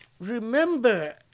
remember